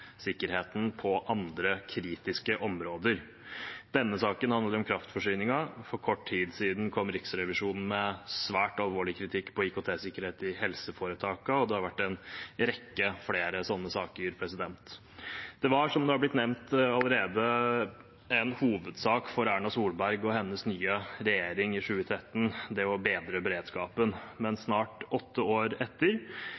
på andre kritiske områder. Denne saken handler om kraftforsyningen, for kort tid siden kom Riksrevisjonen med svært alvorlig kritikk av IKT-sikkerheten i helseforetakene, og det har vært en rekke flere sånne saker. Det var – som det har blitt nevnt allerede – en hovedsak for Erna Solberg og hennes nye regjering i 2013 å bedre beredskapen.